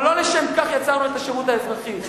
אבל לא לשם כך יצרנו את השירות האזרחי.